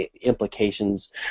implications